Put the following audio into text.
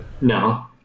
No